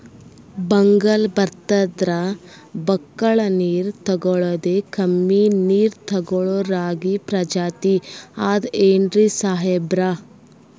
ಬರ್ಗಾಲ್ ಬಂತಂದ್ರ ಬಕ್ಕುಳ ನೀರ್ ತೆಗಳೋದೆ, ಕಮ್ಮಿ ನೀರ್ ತೆಗಳೋ ರಾಗಿ ಪ್ರಜಾತಿ ಆದ್ ಏನ್ರಿ ಸಾಹೇಬ್ರ?